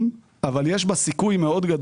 אבל ההכנסות גם עלו בצורה מאוד משמעותית.